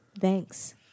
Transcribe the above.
thanks